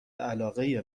علاقه